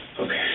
Okay